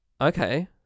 okay